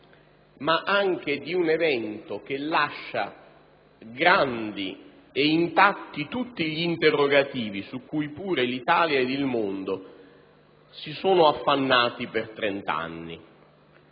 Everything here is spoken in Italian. ma anche di un evento che lascia grandi e intatti tutti gli interrogativi su cui pure l'Italia ed il mondo si sono affannati per trent'anni.